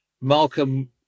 Malcolm